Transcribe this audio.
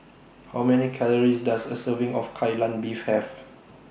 How Many Calories Does A Serving of Kai Lan Beef Have